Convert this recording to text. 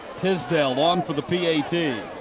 tisdale long for the p a. t.